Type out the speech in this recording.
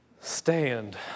stand